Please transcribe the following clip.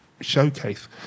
showcase